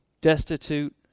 destitute